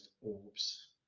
orbs